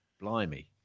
Blimey